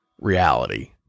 Reality